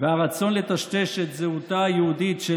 והרצון לטשטש את זהותה היהודית של